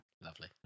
Lovely